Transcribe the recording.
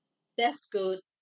that's good